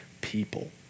people